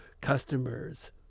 customers